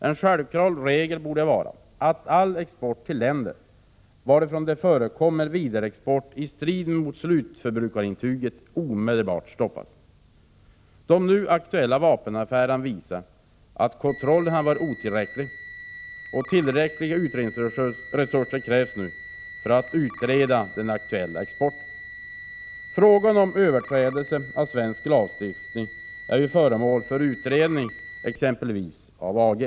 En självklar regel borde vara att all export till länder, varifrån det förekommer vidareexport i strid mot slutförbrukarintyget, omedelbart stoppas. De nu aktuella vapenaffärerna visar att kontrollen har varit otillräcklig. Tillräckliga utredningsresurser krävs nu för att utreda den aktuella exporten. Frågan om överträdelser av svensk lagstiftning är nu föremål för utredning, exempelvis av Stig Age.